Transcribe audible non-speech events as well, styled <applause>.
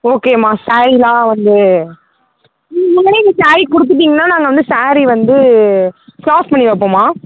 okay அம்மா சாரி எல்லாம் வந்து நீங்கள் முன்னாடியே நீங்கள் சாரி கொடுத்துட்டீங்கன்னா நாங்கள் வந்து சாரி வந்து <unintelligible> பண்ணி வைப்போம்மா